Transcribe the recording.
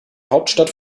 hauptstadt